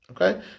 Okay